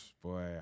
Boy